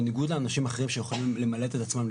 בניגוד לאנשים אחרים שיכולים למלט את עצמם,